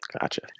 Gotcha